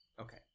Okay